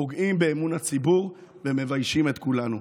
פוגעים באמון הציבור ומביישים את כולנו.